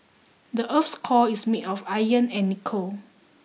the earth's core is made of iron and nickel